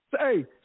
Say